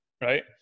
right